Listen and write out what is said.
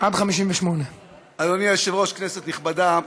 עד 58. אדוני היושב-ראש, כנסת נכבדה,